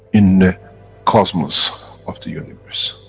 in the cosmos of the universe.